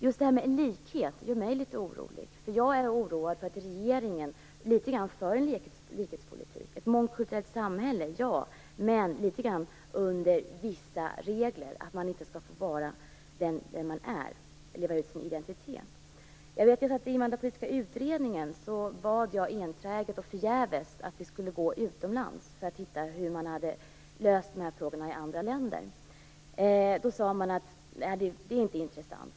Just detta med likhet gör mig litet orolig, för jag är oroad för att regeringen litet grand för en likhetspolitik. Ett mångkulturellt samhälle? Ja, men litet grand under vissa regler, att man inte skall få vara den man är eller leva ut sin identitet. När jag satt med i den invandrarpolitiska utredningen bad jag enträget och förgäves om att vi skulle vända oss utomlands för att se hur man hade tagit itu med de här frågorna i andra länder. Då sade man: Nej, det är inte intressant.